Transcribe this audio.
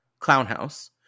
Clownhouse